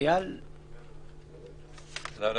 (היו"ר יעקב אשר, 17:22) את (3)